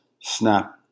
snap